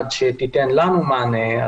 עד שתיתן לנו מענה.